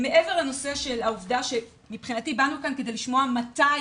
מעבר לעובדה שמבחינתי באנו כאן לשמוע מתי